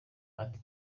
ati